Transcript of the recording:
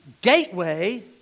gateway